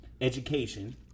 education